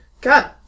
God